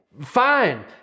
Fine